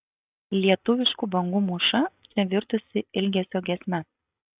lietuviškų bangų mūša čia virtusi ilgesio giesme